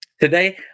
Today